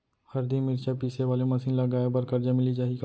हरदी, मिरचा पीसे वाले मशीन लगाए बर करजा मिलिस जाही का?